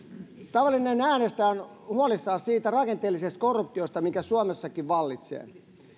tavallinen äänestäjä on huolissaan siitä rakenteellisesta korruptiosta mikä suomessakin vallitsee